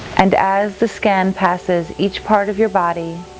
and as the scan passes each part of your body,